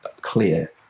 clear